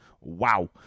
wow